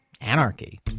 anarchy